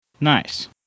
Nice